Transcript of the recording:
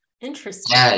Interesting